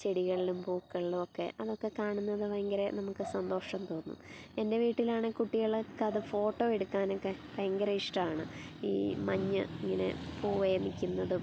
ചെടികളിലും പൂക്കളിലും ഒക്കെ അതൊക്കെ കാണുന്നത് ഭയങ്കര നമുക്ക് സന്തോഷം തോന്നും എൻ്റെ വീട്ടിലാണേ കുട്ടികളൊക്കെ അത് ഫോട്ടോ എടുക്കാനൊക്കെ ഭയങ്കര ഇഷ്ടവാണ് ഈ മഞ്ഞ് ഇങ്ങനെ പൂവേ നിക്കുന്നതും